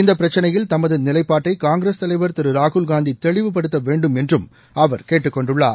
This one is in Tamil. இந்த பிரச்சினையில் தமது நிலைப்பாட்டை காங்கிரஸ் தலைவர் திரு ராகுல் காந்தி தெளிவுபடுத்த வேண்டும் என்றும் அவர் கேட்டுக்கொண்டுள்ளார்